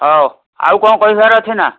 ହଉ ଆଉ କଣ କହିବାର ଅଛି ନା